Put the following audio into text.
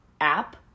app